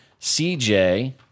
CJ